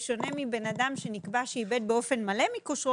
רק שהוא בשונה מבן אדם שנקבע שאיבד באופן מלא מכושרו